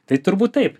tai turbūt taip